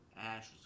ash